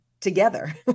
together